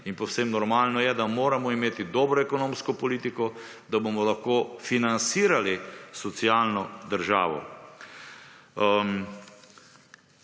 In povsem normalno je, da moramo imeti dobro ekonomsko politiko, da bomo lahko finansirali socialno državo.